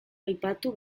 aipatu